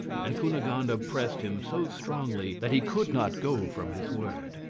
and cunegonde pressed him so strongly that he could not go from his word.